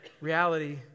reality